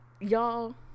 y'all